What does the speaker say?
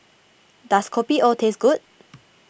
does Kopi O taste good